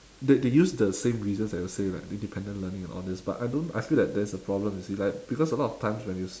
they they use the same reasons that they'll say like independent learning and all these but I don't I feel like there's a problem you see like because a lot of times when you